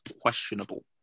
questionable